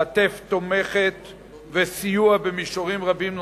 כתף תומכת וסיוע במישורים רבים נוספים.